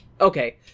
Okay